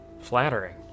flattering